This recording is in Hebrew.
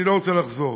אני לא רוצה לחזור,